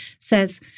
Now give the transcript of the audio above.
says